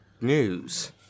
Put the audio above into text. news